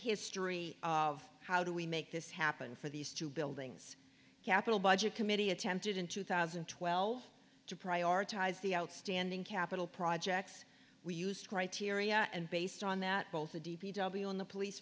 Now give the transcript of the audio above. history of how do we make this happen for these two buildings capital budget committee attempted in two thousand and twelve to prioritize the outstanding capital projects we used criteria and based on that both the d p w and the police